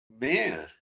man